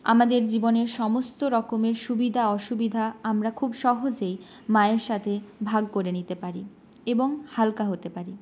আমাদের জীবনের সমস্ত রকমের সুবিধা অসুবিধা আমরা খুব সহজেই মায়ের সাথে ভাগ করে নিতে পারি এবং হালকা হতে পারি